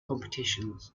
competitions